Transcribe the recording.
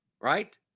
right